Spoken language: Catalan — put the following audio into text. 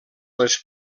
les